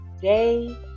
Day